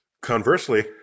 conversely